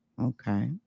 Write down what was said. okay